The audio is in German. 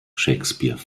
shakespeare